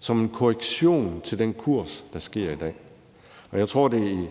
som en korrektion til den kurs, der er i dag. Jeg tror, det i